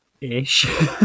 ish